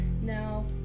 No